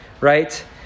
Right